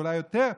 ואולי יותר,